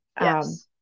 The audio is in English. Yes